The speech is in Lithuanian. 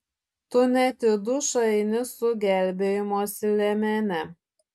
tu net į dušą eini su gelbėjimosi liemene